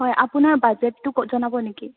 হয় আপোনাৰ বাজেতটো ক জনাব নেকি